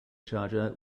charger